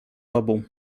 tobą